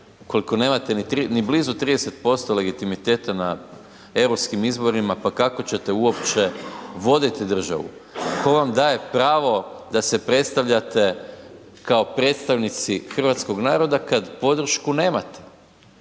ukoliko nemate ni blizu 30% legitimiteta na EU izborima, pa kako ćete uopće voditi državu? Tko vam daje pravo da se predstavljate kao predstavnici hrvatskog naroda kad podršku nemate?